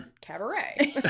cabaret